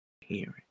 hearing